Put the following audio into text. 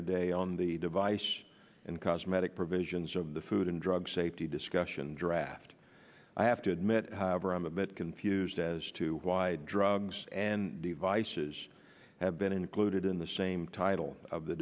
today on the device and cosmetic provisions of the food and drug safety discussion draft i have to admit i am a bit confused as to why drugs and devices have been included in the same title of the